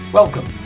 Welcome